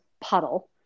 puddle